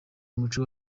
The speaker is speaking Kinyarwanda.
umuco